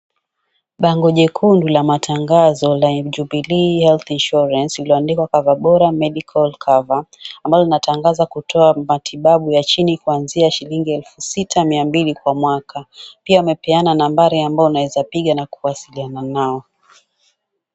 Bango jekundu la matangazo la jubilee health insurance iliyoandikwa cover bora medical cover ambayo inatangaza kutoa matibabu ya chini kuanzia shilingi elfu sita mia mbili kwa mwaka pia amepeana nambari ambayo unaweza piga na kuwasiliana nao.